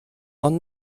ond